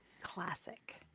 Classic